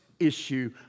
issue